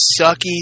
sucky